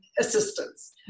assistance